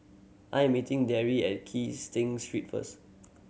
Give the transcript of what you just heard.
I'm meeting Darry at Kee Sting Street first